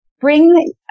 bring